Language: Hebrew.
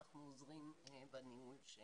אנחנו עוזרים בניהול של